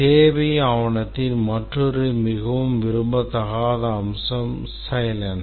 தேவை ஆவணத்தின் மற்றொரு மிகவும் விரும்பத்தகாத அம்சம் Silence